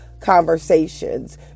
conversations